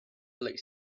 lay